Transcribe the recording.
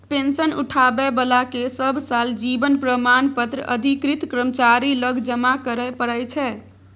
pension उठाबै बलाकेँ सब साल जीबन प्रमाण पत्र अधिकृत कर्मचारी लग जमा करय परय छै